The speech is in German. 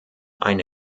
ein